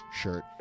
shirt